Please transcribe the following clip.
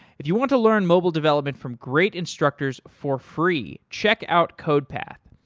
if you want to learn mobile development from great instructors for free, check out codepath.